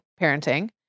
parenting